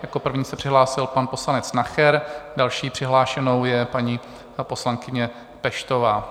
Jako první se přihlásil pan poslanec Nacher, další přihlášenou je paní poslankyně Peštová.